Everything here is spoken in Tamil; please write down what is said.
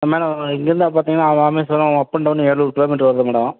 மேடம் இங்கிருந்து பார்த்திங்கன்னா ராமேஸ்வரம் அப் அண்ட் டவுன் ஏழுநூறு கிலோமீட்டர் வருது மேடம்